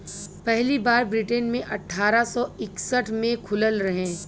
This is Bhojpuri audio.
पहली बार ब्रिटेन मे अठारह सौ इकसठ मे खुलल रहे